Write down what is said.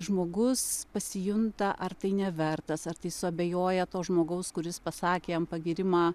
žmogus pasijunta ar tai nevertas ar tai suabejoja to žmogaus kuris pasakė jam pagyrimą